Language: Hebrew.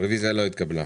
הרביזיה לא התקבלה.